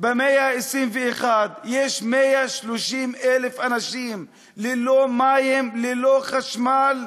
במאה ה-21 יש 130,000 אנשים ללא מים, ללא חשמל,